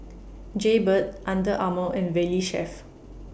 Jaybird Under Armour and Valley Chef